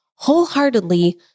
wholeheartedly